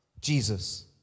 Jesus